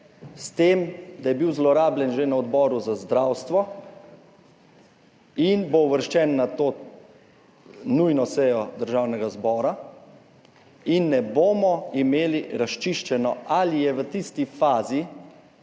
s tem, da je bil zlorabljen že na Odboru za zdravstvo, in bo uvrščen na to nujno sejo Državnega zbora in ne bomo imeli razčiščeno, ali je v tisti fazi